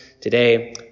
today